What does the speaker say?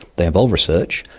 they involve research,